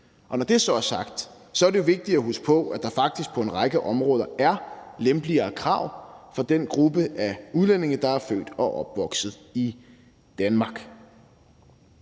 Når det så er sagt, er det jo vigtigt at huske på, at der faktisk på en række områder er lempeligere krav for den gruppe af udlændinge, der er født og opvokset i Danmark.